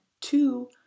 two